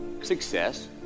success